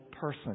person